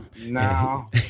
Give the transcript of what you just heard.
No